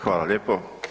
Hvala lijepo.